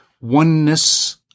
oneness